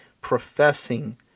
professing